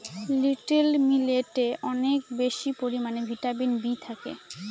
little মিলেটে অনেক বেশি পরিমানে ভিটামিন বি থাকে